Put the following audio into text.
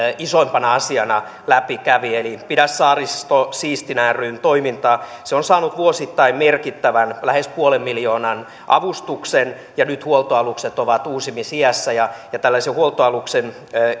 isoimpana asiana läpi kävi eli pidä saaristo siistinä ryn toiminnan se on saanut vuosittain merkittävän lähes puolen miljoonan avustuksen ja nyt huoltoalukset ovat uusimisiässä ja tällaisen huoltoaluksen